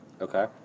Okay